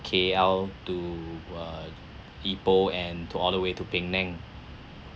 K_L to uh ipoh and to all the way to penang